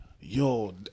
Yo